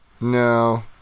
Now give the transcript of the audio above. No